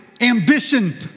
ambition